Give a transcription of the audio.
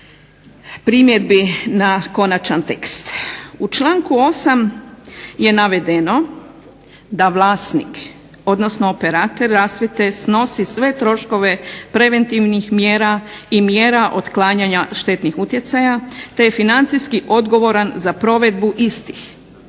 primjedbi na konačan tekst. U članku 8. Je navedeno da vlasnik odnosno operater rasvjete snosi sve troškove preventivnih mjera i mjera otklanjanja štetnih utjecaja te je financijski odgovoran za provedbu istih.